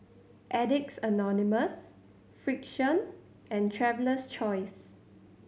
Addicts Anonymous Frixion and Traveler's Choice